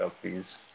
please